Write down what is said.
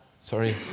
sorry